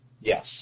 Yes